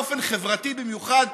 באופן חברתי במיוחד,